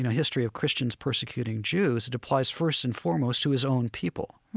history of christians persecuting jews, it applies first and foremost to his own people.